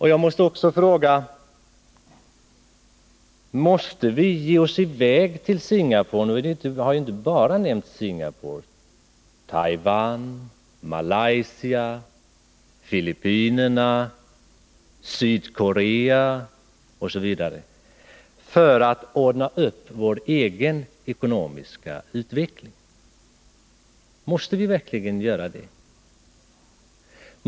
Jag måste också fråga: Måste vi verkligen ge oss i väg till Singapore — och här har inte bara nämnts Singapore utan också Taiwan, Malaysia, Filippinerna, Sydkorea osv. — för att ordna upp vår egen ekonomiska utveckling?